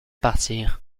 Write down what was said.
partir